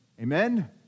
Amen